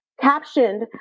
captioned